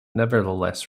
nevertheless